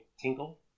Tinkle